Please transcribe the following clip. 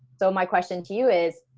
so my question to you is,